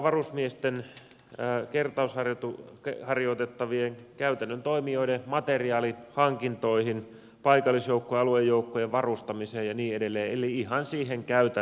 varusmiesten kertausharjoitettavien käytännön toimijoiden materiaalihankintoihin paikallisjoukkojen aluejoukkojen varustamiseen ja niin edelleen eli ihan siihen käytännön toimintaan